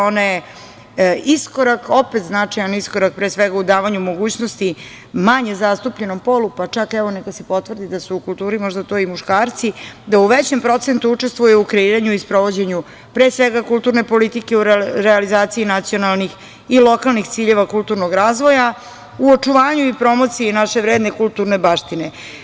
Ona je iskorak, opet značajan iskorak pre svega u davanju mogućnosti manje zastupljenom polu, pa čak neka se potvrdi da su u kulturi možda to i muškarci, da u većem procentu učestvuju u kreiranju i sprovođenju pre svega kulturne politike u realizaciji nacionalnih i lokalnih ciljeva kulturnog razvoja, u očuvanju i promociji naše vredne kulturne baštine.